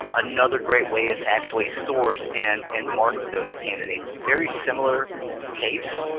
um another great way is actually source and and market those candidates. very similar case.